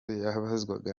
yabazwaga